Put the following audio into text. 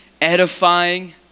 edifying